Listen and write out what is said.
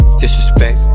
disrespect